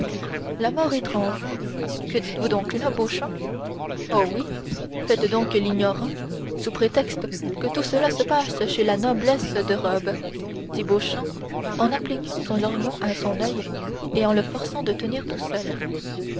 la mort étrange que dites-vous donc là beauchamp oh oui faites donc l'ignorant sous prétexte que tout cela se passe chez la noblesse de robe dit beauchamp en appliquant son lorgnon à son oeil et en le forçant de tenir tout seul